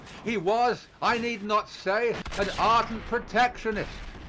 he was, i need not say, an ardent protectionist,